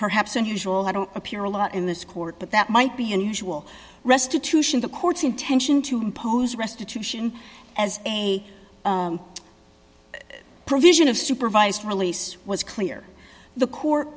perhaps unusual i don't appear a lot in this court but that might be unusual restitution the court's intention to impose restitution as a provision of supervised release was clear the court